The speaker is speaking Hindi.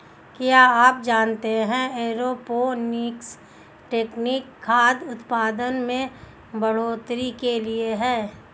क्या आप जानते है एरोपोनिक्स तकनीक खाद्य उतपादन में बढ़ोतरी के लिए है?